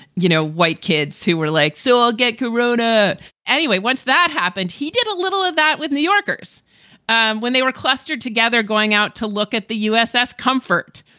you know, white kids who were like, so i'll get koruna anyway once that happened, he did a little of that with new yorkers and when they were clustered together, going out to look at the uss comfort.